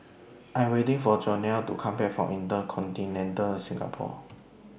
I Am waiting For Jonell to Come Back from InterContinental Singapore